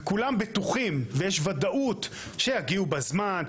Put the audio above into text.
וכותלם בטוחים ויש ודאות שיגיעו בזמן,